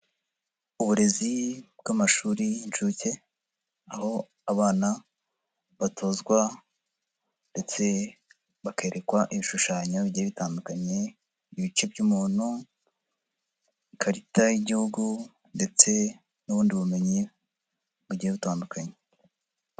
Uburezi bw'amashuri y'inshuke, aho abana batozwa ndetse bakerekwa ibishushanyo bigiye bitandukanye: ibice by'umuntu, ikarita y'Igihugu ndetse n'ubundi bumenyi bugiye butandukanye.